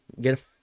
Get